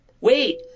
Wait